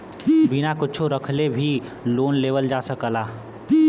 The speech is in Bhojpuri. बिना कुच्छो रखले भी लोन लेवल जा सकल जाला